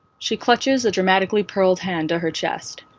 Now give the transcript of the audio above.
she clutches a dramatically pearled hand to her chest.